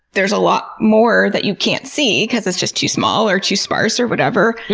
there's a lot more that you can't see because it's just too small, or too sparse, or whatever.